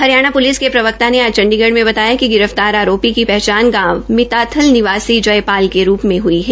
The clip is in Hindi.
हरियाणा प्लिस के प्रवक्ता ने आज चंडीगढ़ में बताया कि गिरफ्तार आरोपी की पहचान गांव मिताथल निवासी जयपाल के रूप में हई है